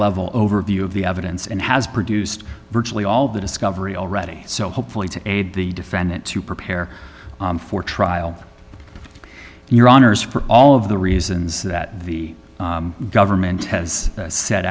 level overview of the evidence and has produced virtually all of the discovery already so hopefully to aid the defendant to prepare for trial your honors for all of the reasons that v government has